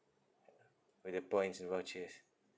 with the points and vouchers